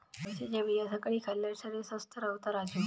अळशीच्या बिया सकाळी खाल्ल्यार शरीर स्वस्थ रव्हता राजू